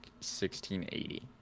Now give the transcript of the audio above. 1680